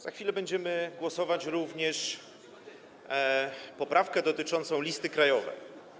Za chwilę będziemy głosować również nad poprawką dotyczącą listy krajowej.